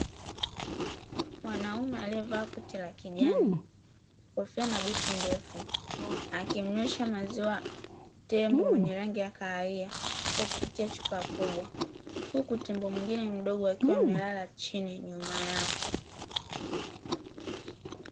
Mwanaume aliyevaa koti la kijani, kofia na buti ndefu; akimnywesha maziwa tembo mwenye rangi ya kahawia, kwa kutumia chupa kubwa huku tembo mwingine mdogo akiwa amelala chini nyuma yao.